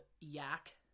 Yak